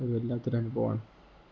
അത് വല്ലാത്തൊരനുഭവമാണ്